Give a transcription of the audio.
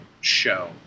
show